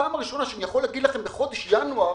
הפעם הראשונה שאני יכול להגיד בחודש ינואר